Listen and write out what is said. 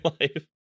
life